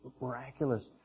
miraculous